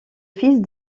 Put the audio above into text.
fils